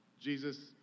Jesus